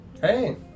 Hey